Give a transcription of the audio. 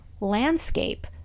landscape